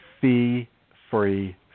fee-free